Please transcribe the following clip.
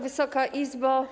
Wysoka Izbo!